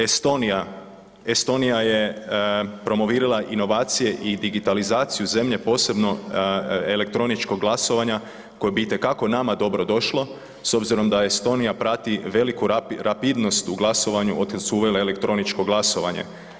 Estonija, Estonija je promovirala inovacije i digitalizaciju zemlje, posebno elektroničkog glasovanja koje bi itekako nama dobrodošlo s obzirom da Estonija prati veliku rapidnost u glasovanju od kada su uvele elektroničko glasovanje.